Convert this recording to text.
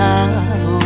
Love